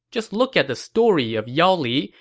just look at the story of yao li,